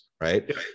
right